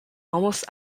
almost